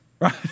Right